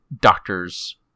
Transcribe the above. doctors